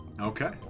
Okay